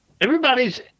Everybody's